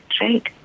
right